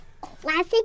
Classic